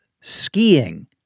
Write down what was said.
skiing